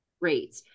great